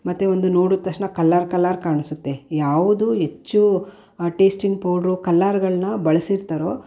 ಮತ್ತು ಒಂದು ನೋಡಿದ ತಕ್ಷಣ ಕಲ್ಲರ್ ಕಲ್ಲರ್ ಕಾಣಿಸುತ್ತೆ ಯಾವುದು ಹೆಚ್ಚು ಟೇಸ್ಟಿಂಗ್ ಪೌಡ್ರು ಕಲ್ಲರ್ಗಳನ್ನು ಬಳಸಿರ್ತಾರೋ